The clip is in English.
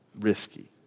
risky